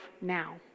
now